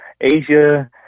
Asia